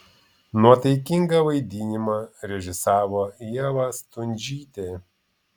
nuotaikingą vaidinimą režisavo ieva stundžytė